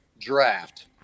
draft